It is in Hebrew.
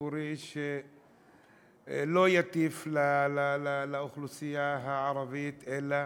ציבורי שלא יטיף לאוכלוסייה הערבית אלא